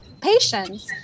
patience